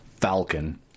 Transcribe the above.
falcon